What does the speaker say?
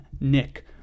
Nick